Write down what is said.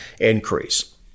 increase